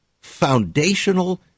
foundational